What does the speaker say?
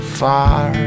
far